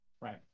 right